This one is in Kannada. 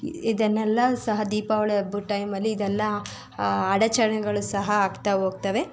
ಇದನ್ನೆಲ್ಲ ಸಹ ದೀಪಾವಳಿ ಹಬ್ಬದ ಟೈಮಲ್ಲಿ ಇದೆಲ್ಲಾ ಅಡಚಣೆಗಳು ಸಹ ಆಗ್ತಾ ಹೋಗ್ತವೆ